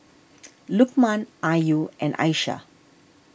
Lukman Ayu and Aishah